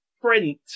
Print